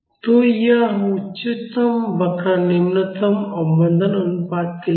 तो यह उच्चतम वक्र निम्नतम अवमंदन अनुपात के लिए है